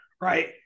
right